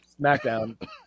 SmackDown